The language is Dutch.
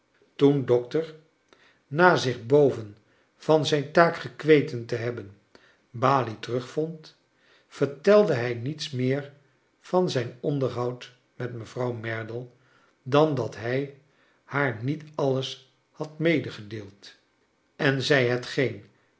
toen dokter na zich boven van zijn taak gekweten te hebben balie terugvondj vertelde hij niets meer van zijn onderhoud met mevrouw merdle dan dat hij haar niet alles had medegedeeld en zij hetgeen